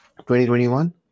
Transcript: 2021